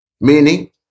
Meaning